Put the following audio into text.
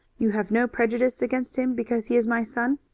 you have no prejudice against him because he is my son?